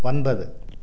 ஒன்பது